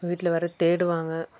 வீட்டில் வேறு தேடுவாங்க